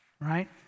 right